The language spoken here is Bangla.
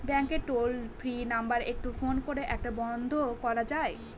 ব্যাংকের টোল ফ্রি নাম্বার একটু ফোন করে এটা বন্ধ করা যায়?